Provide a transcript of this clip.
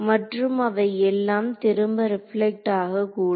மற்றும் அவை எல்லாம் திரும்ப ரிப்லெக்ட் ஆகக்கூடாது